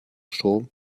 strom